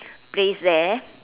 place there